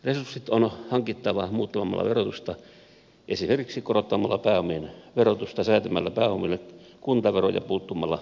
resurssit on hankittava muuttamalla verotusta esimerkiksi korottamalla pääomien verotusta säätämällä pääomille kuntavero ja puuttumalla veroparatiisien käyttöön